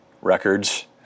records